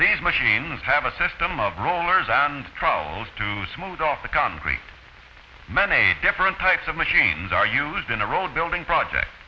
these machines have a system of rollers and trials to smooth off the concrete many different types of machines are used in a road building project